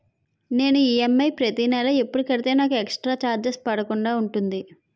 నేను ఈ.ఎమ్.ఐ ప్రతి నెల ఎపుడు కడితే నాకు ఎక్స్ స్త్ర చార్జెస్ పడకుండా ఉంటుంది?